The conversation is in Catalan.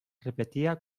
repetia